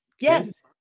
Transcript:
Yes